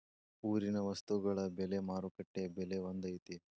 ಊರಿನ ವಸ್ತುಗಳ ಬೆಲೆ ಮಾರುಕಟ್ಟೆ ಬೆಲೆ ಒಂದ್ ಐತಿ?